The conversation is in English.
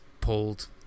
pulled